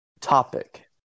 topic